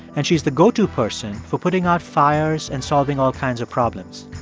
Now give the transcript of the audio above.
and she's the go-to person for putting out fires and solving all kinds of problems.